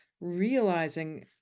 realizing